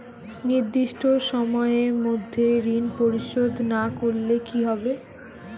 নির্দিষ্ট সময়ে মধ্যে ঋণ পরিশোধ না করলে কি হবে?